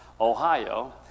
Ohio